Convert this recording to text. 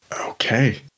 Okay